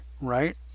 right